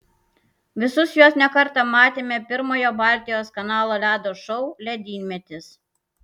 visus juos ne kartą matėme pirmojo baltijos kanalo ledo šou ledynmetis